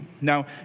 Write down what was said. Now